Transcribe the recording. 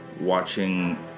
watching